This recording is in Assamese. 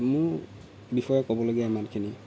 মোৰ বিষয়ে ক'বলগীয়া ইমানখিনিয়ে